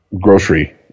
grocery